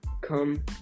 come